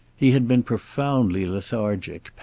he had been profoundly lethargic,